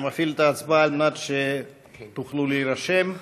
אני מפעיל את ההצבעה כדי שתוכלו להירשם.